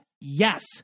Yes